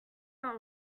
not